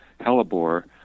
hellebore